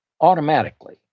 automatically